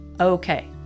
Okay